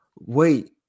Wait